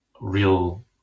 real